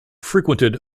frequented